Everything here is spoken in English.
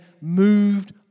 moved